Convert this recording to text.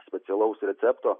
specialaus recepto